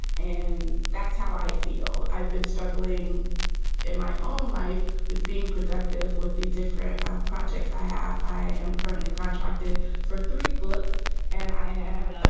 and that's how i feel. i've been struggling in my own life with being productive with the different projects i have. i am currently contracted for three books and i have